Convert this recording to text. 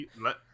Let